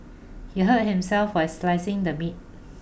he hurt himself while slicing the meat